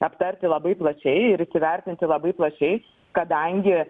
aptarti labai plačiai ir įsivertinti labai plačiai kadangi